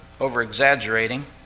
over-exaggerating